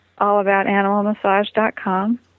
allaboutanimalmassage.com